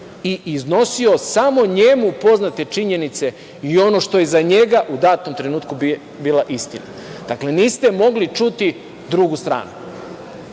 i iznosio samo njemu poznate činjenice i ono što je za njega u datom trenutku bila istina. Dakle, niste mogli čuti drugu stranu. Upravo